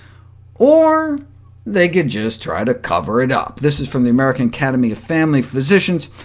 or they could just try to cover it up. this is from the american academy of family physicians,